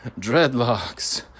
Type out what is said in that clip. dreadlocks